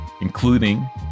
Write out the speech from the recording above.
including